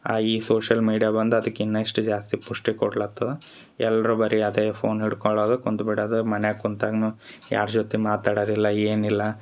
ಆ ಈ social media ಬಂದು ಅದಕ್ಕೆ ಇನ್ನ ಇಷ್ಟು ಜಾಸ್ತಿ ಪುಷ್ಠಿ ಕೊಡ್ಲತ್ತದ ಎಲ್ಲರು ಬರೀ ಅದೇ ಫೋನ್ ಹಿಡ್ಕೊಳದು ಕುಂತ್ಬಿಡದು ಮನ್ಯಾಗ ಕುಂತಾಗ್ನು ಯಾರ ಜೊತೆ ಮಾತಾಡದಿಲ್ಲ ಏನಿಲ್ಲ